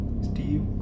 Steve